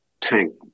tank